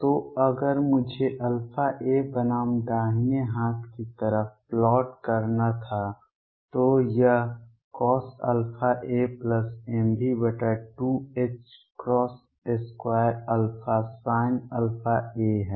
तो अगर मुझे αa बनाम दाहिने हाथ की तरफ प्लॉट करना था तो यह CosαamV22α Sinαa है